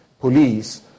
police